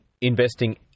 investing